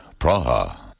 Praha